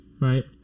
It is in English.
Right